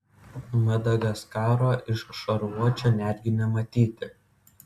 madagaskaro iš šarvuočio netgi nematyti